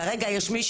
כרגע יש מישהי?